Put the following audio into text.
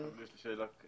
יש לי שאלה.